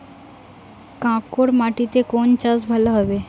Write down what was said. কাঁকর মাটিতে কোন চাষ ভালো হবে?